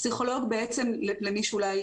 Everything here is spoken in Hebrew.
פסיכולוג, למי שאולי